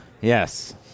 Yes